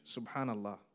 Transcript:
subhanallah